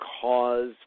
cause